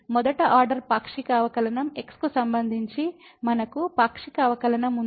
మొదటి ఆర్డర్ పాక్షిక అవకలనం x కు సంబంధించి మనకు పాక్షిక అవకలనం ఉంది